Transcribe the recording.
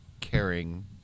caring